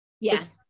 Yes